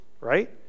Right